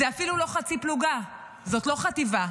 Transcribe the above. זה אפילו לא חצי פלוגה, זאת לא חטיבה.